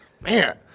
man